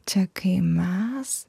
čia kai mes